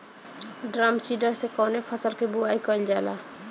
Drum seeder से कवने फसल कि बुआई कयील जाला?